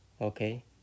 Okay